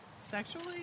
Sexually